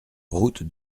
route